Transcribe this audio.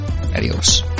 Adios